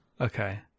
Okay